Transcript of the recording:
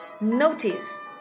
notice